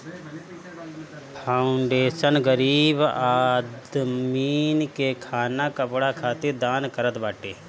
foundation गरीब आदमीन के खाना कपड़ा खातिर दान करत बाटे